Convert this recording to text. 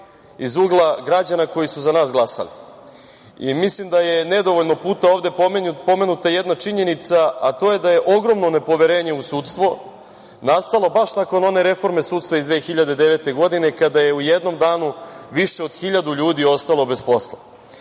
iz ugla građana koji su za nas glasali i mislim da je nedovoljno puta ovde pomenuta jedna činjenica, a to je da je ogromno nepoverenje u sudstvo nastalo baš nakon one reforme sudstva iz 2009. godine kada je u jednom danu više od 1.000 ljudi ostalo bez posla